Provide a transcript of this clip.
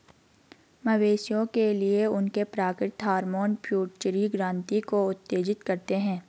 मवेशियों के लिए, उनके प्राकृतिक हार्मोन पिट्यूटरी ग्रंथि को उत्तेजित करते हैं